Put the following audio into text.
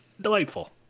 delightful